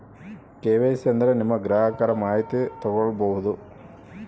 KYC ಅಂದ್ರೆ ನಿಮ್ಮ ಗ್ರಾಹಕರ ಮಾಹಿತಿ ತಿಳ್ಕೊಮ್ಬೋದು